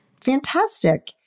Fantastic